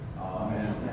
Amen